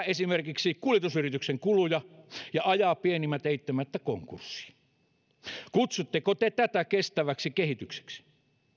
esimerkiksi kuljetusyrityksen kuluja ja ajaa pienimmät eittämättä konkurssiin kutsutteko te tätä kestäväksi kehitykseksi